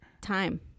time